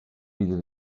with